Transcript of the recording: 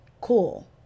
cool